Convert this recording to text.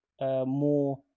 more